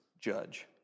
judge